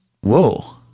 whoa